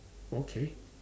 okay